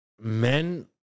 men